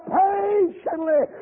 patiently